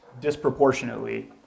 disproportionately